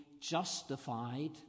justified